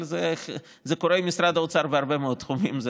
אבל זה קורה למשרד האוצר בהרבה מאוד תחומים,